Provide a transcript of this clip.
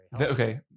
Okay